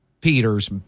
Peter's